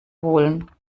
holen